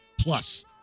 Plus